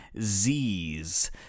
Z's